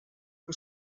que